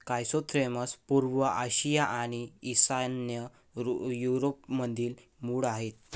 chrysanthemums पूर्व आशिया आणि ईशान्य युरोपमधील मूळ आहेत